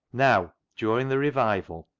now, during the revival,